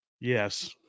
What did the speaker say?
Yes